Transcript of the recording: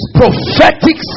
prophetic